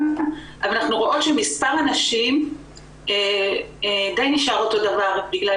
אבל אנחנו רואות שמספר האנשים די נשאר אותו דבר בגלל